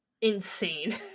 Insane